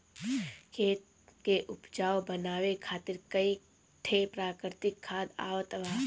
खेत के उपजाऊ बनावे खातिर कई ठे प्राकृतिक खाद आवत बा